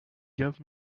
give